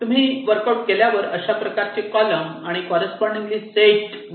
तुम्ही वर्कआउट केल्यावर अशा प्रकारचे कॉलम आणि कॉररेस्पॉन्डिन्गली सेट मिळत जातील